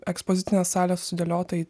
ekspozicinė salė sudėliota į